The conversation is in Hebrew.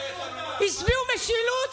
הצביעו משילות,